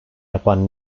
yapan